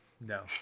No